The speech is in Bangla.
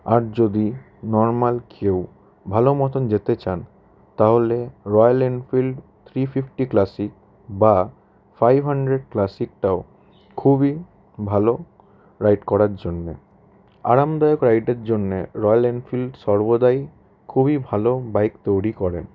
আর যদি নর্মাল কেউ ভালো মতন যেতে চান তাহলে Royal Enfield three fifty classic বা ফাইভ হান্ড্রেড ক্লাসিকটাও খুবই ভালো রাইড করার জন্যে আরামদায়ক রাইডের জন্যে রয়্যাল এনফিল্ড সর্বদাই খুবই ভালো বাইক তৈরি করেন